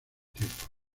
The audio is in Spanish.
tiempos